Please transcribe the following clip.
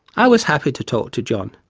i was happy to talk to john.